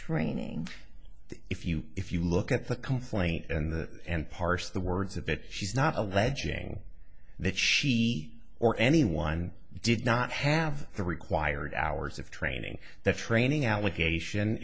training if you if you look at the complaint and that and parse the words that she's not alleging that she or anyone did not have the required hours of training that training allocation